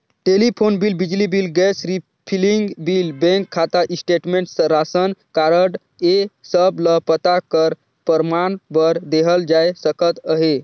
telephone bill, बिजली bill, gas refilling bill, bank खाता statement, रासन कारड ए सब ल पता कर परमान बर देहल जाए सकत अहे